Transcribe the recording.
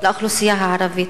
לאוכלוסייה הערבית,